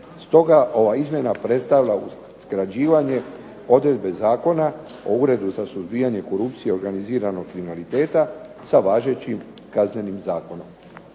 Stoga ova izmjena predstavlja uskraćivanje odredbe Zakona o Uredu za suzbijanje korupcije i organiziranog kriminaliteta sa važećim Kaznenim zakonom.